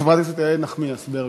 חברת הכנסת איילת נחמיאס ורבין.